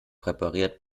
präpariert